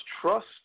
trust